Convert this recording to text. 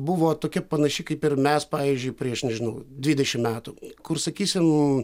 buvo tokia panaši kaip ir mes pavyzdžiui prieš nežinau dvidešim metų kur sakysim